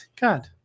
god